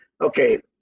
Okay